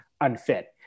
unfit